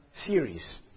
series